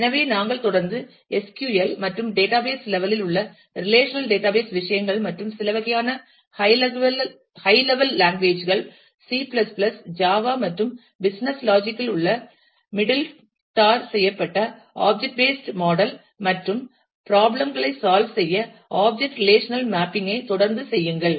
எனவே நாங்கள் தொடர்ந்து SQL மற்றும் டேட்டாபேஸ் லெவல் இல் உள்ள ரிலேஷனல் டேட்டாபேஸ் விஷயங்கள் மற்றும் சில வகையான ஹைய் லெவல் லாங்குவேஜ் கள் சி C ஜாவா மற்றும் பிசினஸ் லாஜிக் இல் உள்ள middle tarr மிடில் டார் செய்யப்பட்ட ஆப்ஜெக்ட் பேஸ்ட் மாடல் மற்றும் ப்ராப்ளம் களை சால்வ் செய்ய ஆப்ஜெக்ட் ரிலேஷனல் மேப்பிங் ஐ தொடர்ந்து செய்யுங்கள்